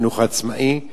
בחינוך העצמאי,